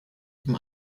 zum